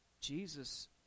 Jesus